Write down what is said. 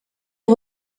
est